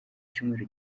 cyumweru